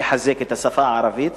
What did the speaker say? וגם לחזק את השפה הערבית,